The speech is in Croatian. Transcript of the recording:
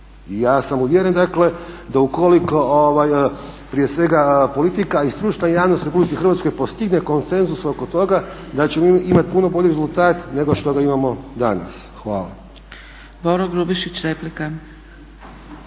ja sam uvjeren dakle, da ukoliko prije svega politika i stručna javnost u Republici Hrvatskoj postigne konsenzus oko toga da ćemo mi imati puno bolji rezultat nego što ga imamo danas. Hvala.